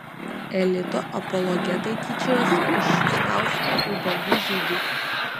elito apologetai tyčiojasi iš šustausko ubagų žygių